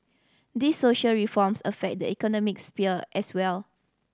these social reforms affect the economic sphere as well